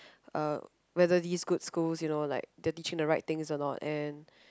uh whether these good schools you know like they're teaching the right things or not and